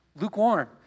lukewarm